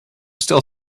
still